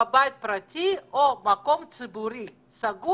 עשרה איש בבית פרטי או במקום ציבורי סגור,